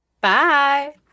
bye